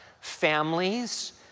Families